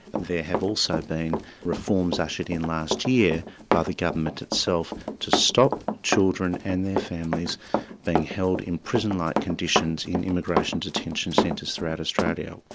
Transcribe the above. there have also been reforms ushered in last year by the government itself, to stop children and their families being held in prison-like conditions in immigration detention centres throughout australia.